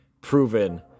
Proven